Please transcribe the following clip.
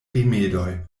rimedoj